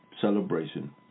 celebration